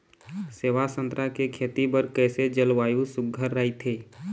सेवा संतरा के खेती बर कइसे जलवायु सुघ्घर राईथे?